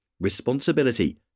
responsibility